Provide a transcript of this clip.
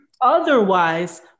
otherwise